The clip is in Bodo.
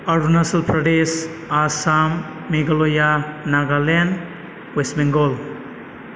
अरुणाचल प्रदेश आसाम मेघालया नागालेण्ड वेस्ट बेंगल